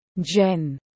Jen